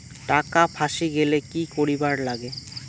টাকা ফাঁসি গেলে কি করিবার লাগে?